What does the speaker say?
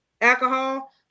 alcohol